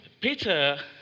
Peter